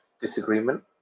disagreement